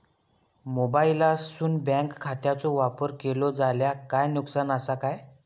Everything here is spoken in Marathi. मोबाईलातसून बँक खात्याचो वापर केलो जाल्या काय नुकसान असा काय?